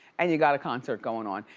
and you got a concert going on.